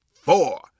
four